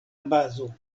bazo